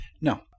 No